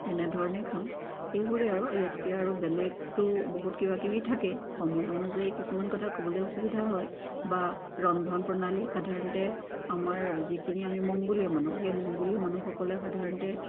তেনেধৰণে খাওঁ এইবোৰেই আৰু ইয়াতকৈ আৰু বেলেগতো বহুত কিবাকিবি থাকে সময় অনুযায়ী কিছুমান কথা ক'বলৈ অসুবিধা হয় বা ৰন্ধন প্ৰণালী সাধাৰণতে আমাৰ যিখিনি আমি মংগোলীয় মানুহ মংগোলীয় মানুহসকলে সাধাৰণতে